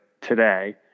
today